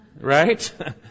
Right